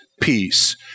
peace